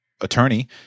attorney